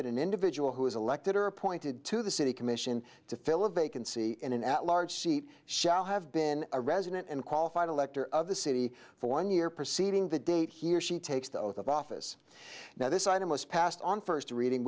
that an individual who is elected or appointed to the city commission to fill a vacancy in an at large seat shall have been a resident and qualified elector of the city for one year preceeding the date he or she takes the oath of office now this item was passed on first reading